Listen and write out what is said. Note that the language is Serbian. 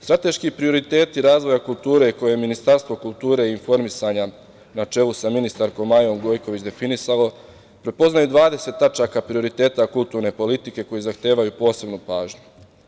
Strateški prioriteti razvoja kulture koje je Ministarstvo kulture i informisanja, na čelu sa ministarkom Majom Gojković, definisalo prepoznaju 20 tačaka prioriteta kulturne politike koji zahtevaju posebnu pažnju.